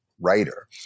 writer